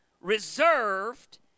reserved